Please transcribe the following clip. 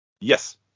yes